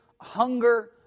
hunger